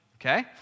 okay